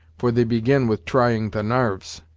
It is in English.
for they begin with trying the narves.